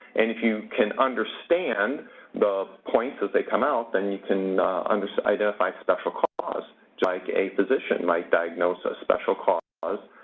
and if you can understand the points as they come out, then you can and so identify special cause, just like a physician might diagnose a special cause for